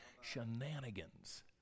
shenanigans